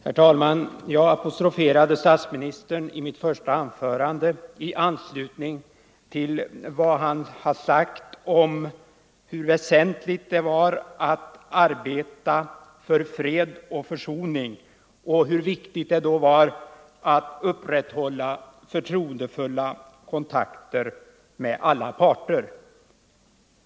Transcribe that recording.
Fru talman! Jag apostroferade statsministern i mitt första anförande i anslutning till vad han sagt om hur väsentligt det är att arbeta för fred och försoning och hur viktigt det då är att upprätthålla förtroendefulla kontakter med alla parter.